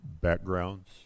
backgrounds